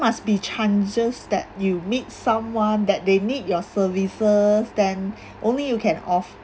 must be chances that you meet someone that they need your services then only you can off